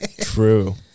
True